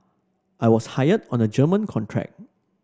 I was hired on a German contract